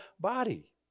body